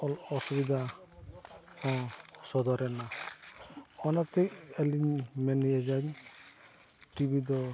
ᱚᱞ ᱚᱥᱩᱵᱤᱫᱷᱟ ᱦᱚᱸ ᱥᱚᱫᱚᱨᱮᱱᱟ ᱚᱱᱟᱛᱮ ᱟᱹᱞᱤᱧ ᱢᱮᱱᱮᱜᱼᱟ ᱴᱤᱵᱷᱤ ᱫᱚ